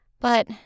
But